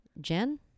Jen